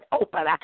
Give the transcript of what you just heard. open